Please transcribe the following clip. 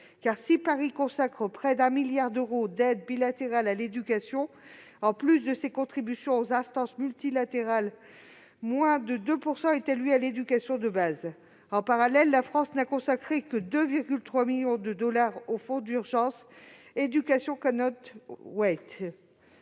si Paris consacre près de 1 milliard d'euros d'aide bilatérale à l'éducation, en plus de ses contributions aux instances multilatérales, il alloue moins de 2 % de cette somme à l'éducation de base. En parallèle, la France n'a consacré que 2,3 millions de dollars au Fonds d'urgence, devant